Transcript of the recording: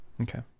okay